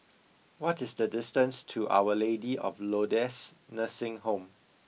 what is the distance to Our Lady of Lourdes Nursing Home